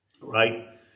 right